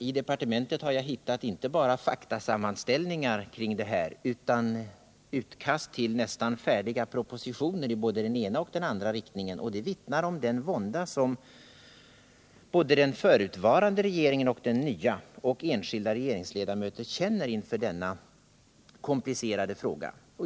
I departementet har jag hittat inte bara faktasammanställningar på området utan också utkast till nästan färdiga propositioner i både den ena och den andra riktningen. Det vittnar om den vånda som både den förutvarande och den nya regeringen och enskilda regeringsledamöter känner inför denna komplicerade fråga.